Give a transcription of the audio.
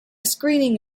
screening